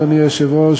אדוני היושב-ראש,